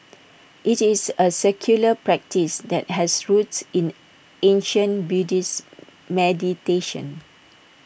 IT is A secular practice that has roots in ancient Buddhist meditation